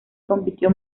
compitió